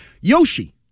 Yoshi